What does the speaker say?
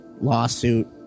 lawsuit